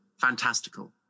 fantastical